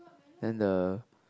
then the